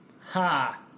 Ha